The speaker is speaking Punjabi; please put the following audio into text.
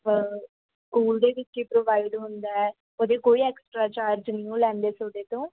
ਸਕੂਲ ਦੇ ਵਿੱਚ ਹੀ ਪ੍ਰੋਵਾਈਡ ਹੁੰਦਾ ਉਹਦੇ ਕੋਈ ਐਕਸਟਰਾ ਚਾਰਜ ਨਹੀਂ ਉਹ ਲੈਂਦੇ ਤੁਹਾਡੇ ਤੋਂ